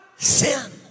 sin